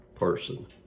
person